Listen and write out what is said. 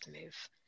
move